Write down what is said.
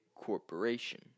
Corporation